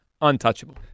untouchable